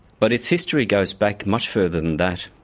but its history goes back much further than that.